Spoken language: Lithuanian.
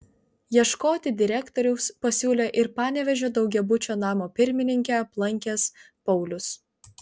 ieškoti direktoriaus pasiūlė ir panevėžio daugiabučio namo pirmininkę aplankęs paulius